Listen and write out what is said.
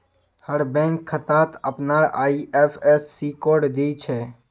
हर bank खातात अपनार IFSC code दि छे